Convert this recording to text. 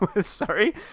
Sorry